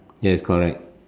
yes correct